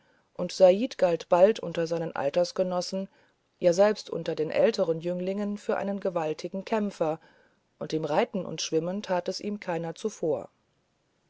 und said galt bald unter seinen altersgenossen ja selbst unter älteren jünglingen für einen gewaltigen kämpfer und im reiten und schwimmen tat es ihm keiner zuvor